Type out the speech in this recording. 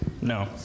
No